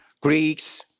Greeks